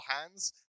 hands